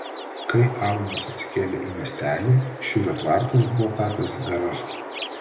kai alanas atsikėlė į miestelį šiurio tvartas buvo tapęs garažu